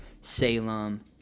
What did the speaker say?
Salem